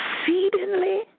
exceedingly